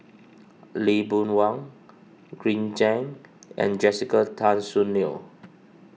Lee Boon Wang Green Zeng and Jessica Tan Soon Neo